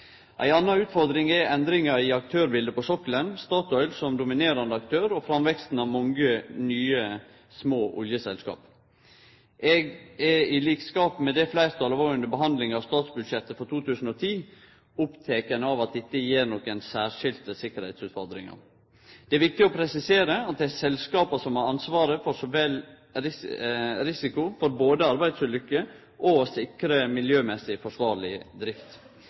Ei anna utfordring er endringa i aktørbiletet på sokkelen – Statoil som dominerande aktør og framveksten av mange nye, små oljeselskap. Eg er, i likskap med det fleirtalet var under behandlinga av statsbudsjettet for 2010, oppteken av at dette gjev nokre særskilde sikkerheitsutfordringar. Det er viktig å presisere at dei selskapa har ansvaret for så vel risiko for arbeidsulykker som å sikre miljømessig forsvarleg drift.